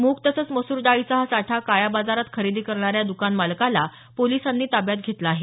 मूग तसंच मसूर डाळीचा हा साठा काळ्याबाजारात खरेदी करणाऱ्या द्कान मालकाला पोलिसांनी ताब्यात घेतलं आहे